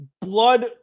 blood